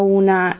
una